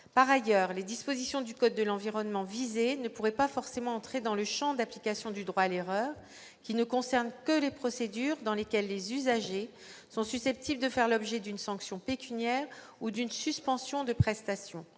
Par ailleurs, les dispositions du code de l'environnement visées ne pourraient pas forcément entrer dans le champ d'application du droit à l'erreur, qui ne concerne que les procédures dans lesquelles les usagers sont susceptibles de faire l'objet d'une sanction pécuniaire ou d'une suspension de prestation.